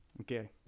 Okay